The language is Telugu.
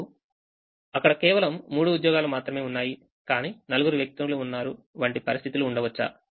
ఇప్పుడు అక్కడ కేవలం మూడు ఉద్యోగాలు మాత్రమే ఉన్నాయి కాని నలుగురు వ్యక్తులు ఉన్నారు వంటి పరిస్థితులు ఉండవచ్చా